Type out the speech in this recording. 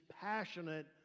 passionate